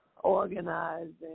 organizing